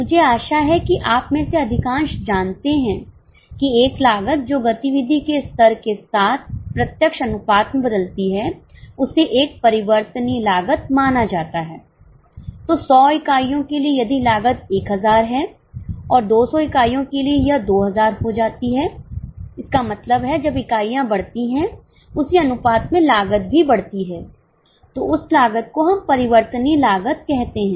मुझे आशा है कि आप में से अधिकांश जानते हैं कि एक लागत जो गतिविधि के स्तर के साथ प्रत्यक्ष अनुपात में बदलती है उसे एक परिवर्तन लागत माना जाता है तो 100 इकाइयों के लिए यदि लागत 1000 है और 200 इकाइयों के लिए यह 2000 हो जाती है इसका मतलब है जब इकाइयां बढ़ती हैं उसी अनुपात में लागत भी बढ़ती है तो उस लागत को हम परिवर्तनीय लागत कहते हैं